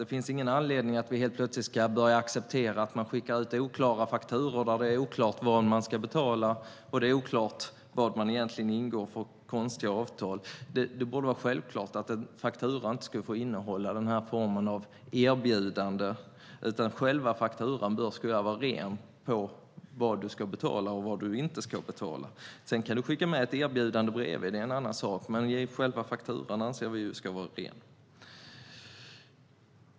Det finns ingen anledning att vi ska acceptera att det skickas ut fakturor där det är oklart vad man ska betala och vad man ingår för avtal. Det borde vara självklart att en faktura inte får innehålla denna form av erbjudande utan vara ren och endast innehålla vad man ska betala. Företaget kan skicka med ett erbjudande bredvid; det är en annan sak. Själva fakturan ska dock vara ren.